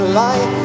light